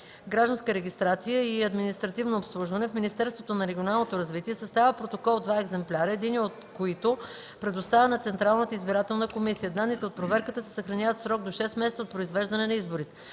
„Гражданска регистрация и административно обслужване” в Министерството на регионалното развитие съставя протокол в два екземпляра, единия от които предоставя на Централната избирателна комисия. Данните от проверката се съхраняват в срок до 6 месеца от произвеждане на изборите.